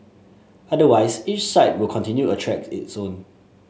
otherwise each site will continue to attract its own